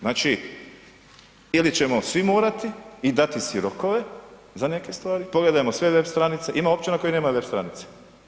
Znači, ili ćemo svi morati i dati si rokove za neke stvari, pogledajmo sve web stranice, ima općina koje nemaju web stranice.